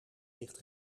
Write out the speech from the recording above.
ligt